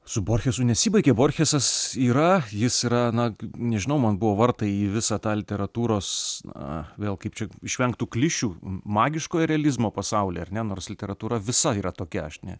su borchesu nesibaigė borchesas yra jis yra na nežinau man buvo vartai į visą tą literatūros na vėl kaip čia išvengt tų klišių magiškojo realizmo pasaulį ar ne nors literatūra visa yra tokia aš ne